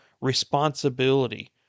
responsibility